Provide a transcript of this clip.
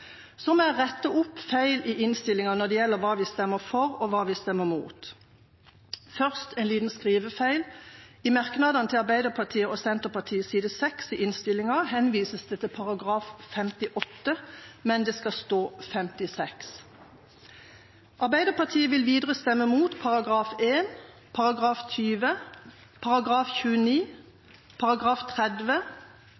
Så må jeg rette opp feil i innstillinga når det gjelder hva vi stemmer for, og hva vi stemmer mot. Først en liten skrivefeil: I merknaden til Arbeiderpartiet og Senterpartiet på side 6 i innstillinga henvises det til § 58. Der skal det stå § 56. Arbeiderpartiet vil videre stemme mot § 1, § 20, § 29,